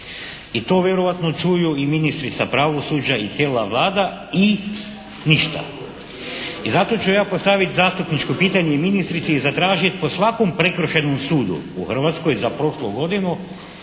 I to vjerojatno čuju i ministrica pravosuđa i cijela Vlada i ništa. I zato ću ja postaviti zastupničko pitanje ministrici i zatražiti po svakom prekršajnom sudu u Hrvatskoj za prošlu godinu